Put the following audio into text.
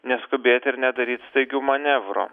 neskubėt ir nedaryt staigių manevrų